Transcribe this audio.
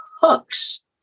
hooks